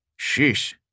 Sheesh